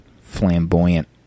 flamboyant